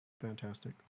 Fantastic